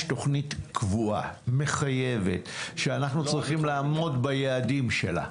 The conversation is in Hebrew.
תוכנית קבועה מחייבת שאנחנו צריכים לעמוד ביעדים שלה?